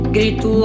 Grito